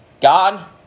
God